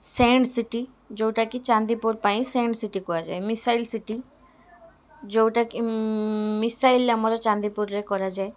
sand city ଯେଉଁଟା କି ଚାନ୍ଦିପୁର ପାଇଁ ସ୍ୟାଣ୍ଡ ସିଟି କୁହାଯାଏ ମିଶାଇଲ୍ ସିଟି ଯେଉଁଟା କି ମିଶାଇଲ୍ ଆମର ଚାନ୍ଦିପୁରରେ କରାଯାଏ